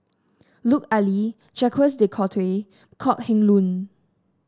Lut Ali Jacques De Coutre Kok Heng Leun